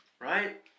right